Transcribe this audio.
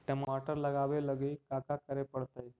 टमाटर लगावे लगी का का करये पड़तै?